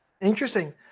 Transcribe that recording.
interesting